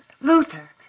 Luther